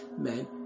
men